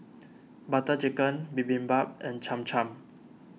Butter Chicken Bibimbap and Cham Cham